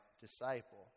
disciple